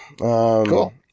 Cool